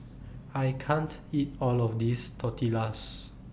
I can't eat All of This Tortillas